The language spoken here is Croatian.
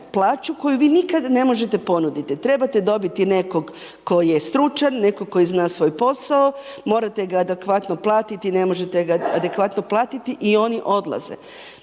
plaću koju vi nikad ne možete ponuditi. Trebat dobiti nekog koji je stručan, nekog koji zna svoj posao, morate ga adekvatno platiti, ne možete ga adekvatno platiti i oni odlaze.